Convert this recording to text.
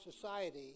society